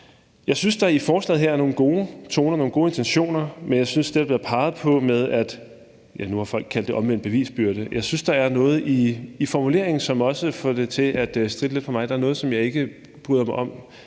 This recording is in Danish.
Jeg synes, der i forslaget her er nogle gode toner og nogle gode intentioner, men jeg synes, der er noget i det, der er blevet peget på, som folk har kaldt omvendt bevisbyrde, noget i formuleringen, som også får det til at stritte lidt på mig. Der er noget, som jeg ikke bryder mig om.